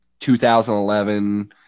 2011